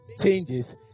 changes